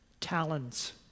talons